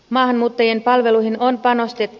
maahanmuuttajien palveluihin on panostettu